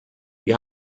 wir